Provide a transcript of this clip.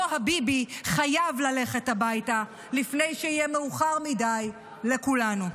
אותו ביבי חייב ללכת הביתה לפני שיהיה מאוחר מדי לכולנו.